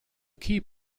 key